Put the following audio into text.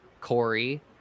Corey